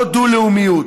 לא דו-לאומיות,